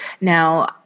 Now